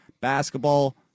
basketball